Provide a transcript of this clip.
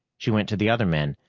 she went to the other men,